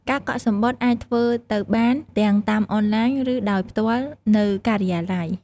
ការកក់សំបុត្រអាចធ្វើទៅបានទាំងតាមអនឡាញឬដោយផ្ទាល់នៅការិយាល័យ។